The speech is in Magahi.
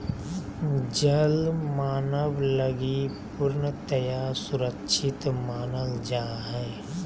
जल मानव लगी पूर्णतया सुरक्षित मानल जा हइ